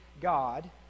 God